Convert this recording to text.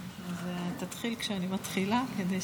אז תתחיל כשאני מתחילה --- הכנות חלק מהמצווה.